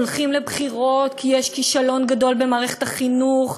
הולכים לבחירות כי יש כישלון גדול במערכת החינוך